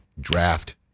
draft